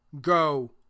Go